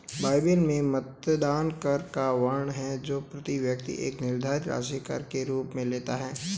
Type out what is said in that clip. Bible में मतदान कर का वर्णन है जो प्रति व्यक्ति एक निर्धारित राशि कर के रूप में लेता है